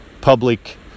public